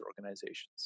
organizations